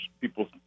people